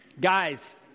Guys